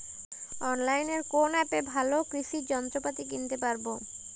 অনলাইনের কোন অ্যাপে ভালো কৃষির যন্ত্রপাতি কিনতে পারবো?